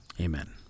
Amen